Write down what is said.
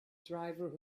driver